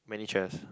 many chairs